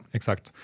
Exakt